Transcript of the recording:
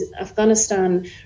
Afghanistan